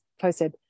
posted